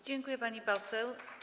Dziękuję, pani poseł.